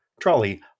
trolley